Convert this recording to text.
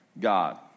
God